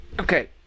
okay